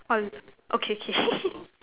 okay okay